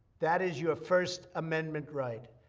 that is your first amendment right.